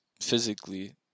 physically